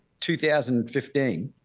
2015